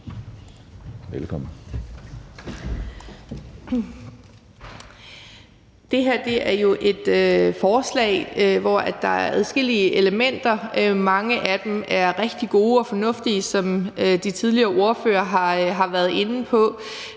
(SF): Det her er jo et forslag, hvor der er adskillige elementer. Mange af dem er rigtig gode og fornuftige. Som de tidligere ordførere har været inde på,